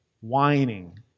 whining